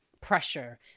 pressure